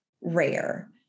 rare